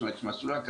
צריך למצוא בית